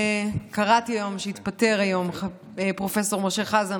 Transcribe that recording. קראתי היום שהתפטר היום פרופ' משה חזן,